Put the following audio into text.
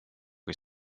kui